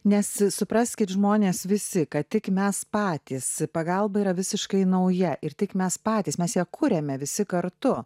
nes supraskit žmonės visi kad tik mes patys pagalba yra visiškai nauja ir tik mes patys mes ją kuriame visi kartu